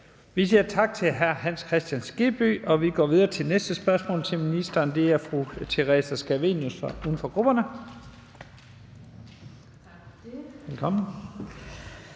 Vi siger tak til hr. Hans Kristian Skibby. Så går vi videre til næste spørgsmål til ministeren, og det er fra fru Theresa Scavenius, uden for grupperne.